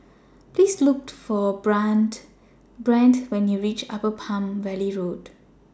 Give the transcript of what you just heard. Please Look For Brandt Brandt when YOU REACH Upper Palm Valley Road